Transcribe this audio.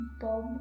bob